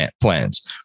plans